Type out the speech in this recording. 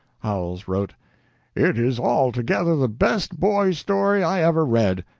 howells wrote it is altogether the best boy's story i ever read.